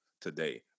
today